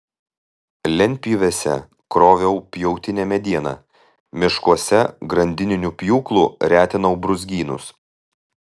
lentpjūvėse kroviau pjautinę medieną miškuose grandininiu pjūklu retinau brūzgynus